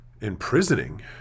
imprisoning